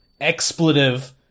expletive